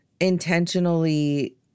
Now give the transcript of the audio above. intentionally